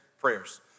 prayers